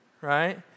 Right